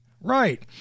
right